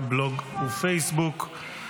בלוג ופייסבוק.